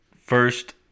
first